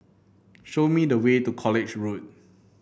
show me the way to College Road